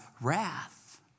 wrath